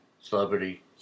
celebrity